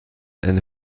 eine